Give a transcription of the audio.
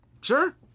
sure